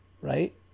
right